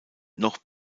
noch